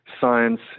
science